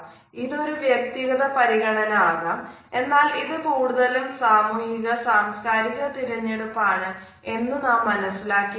ഇതൊരു വ്യക്തിഗത പരിഗണന ആകാം എന്നാൽ ഇത് കൂടുതലും സാമൂഹിക സാംസ്കാരിക തിരഞ്ഞെടുപ്പ് ആണെന്ന് നാം മനസിലാക്കി വരുന്നു